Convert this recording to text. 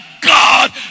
God